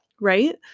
right